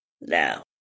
Now